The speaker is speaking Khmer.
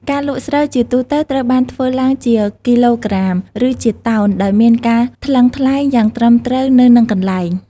ការលក់ស្រូវជាទូទៅត្រូវបានធ្វើឡើងជាគីឡូក្រាម ឬជាតោន ដោយមានការថ្លឹងថ្លែងយ៉ាងត្រឹមត្រូវនៅនឹងកន្លែង។